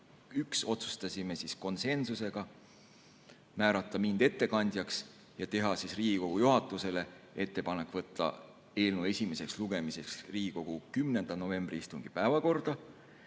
2021 otsustasime konsensusega määrata mind ettekandjaks ja teha Riigikogu juhatusele ettepaneku võtta eelnõu esimeseks lugemiseks Riigikogu 10. novembri istungi päevakorda.